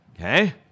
Okay